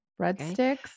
Breadsticks